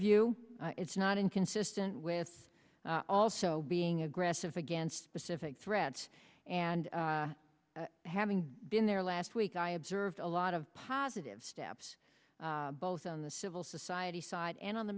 view it's not inconsistent with also being aggressive against specific threats and having been there last week i observed a lot of positive steps both on the civil society side and on the